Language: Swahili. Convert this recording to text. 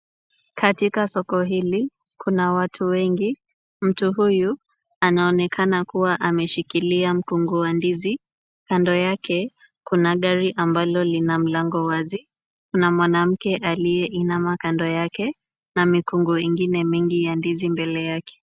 Katika soko hili kuna watu wengi. Mtu huyu anaonekana kuwa ameshikilia mkungu wa ndizi. Kando yake kuna gari ambalo lina mlango wazi. Kuna mwanamke aliyeinama kando yake na mikungu ingine mingi ya ndizi mbele yake.